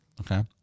Okay